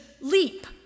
leap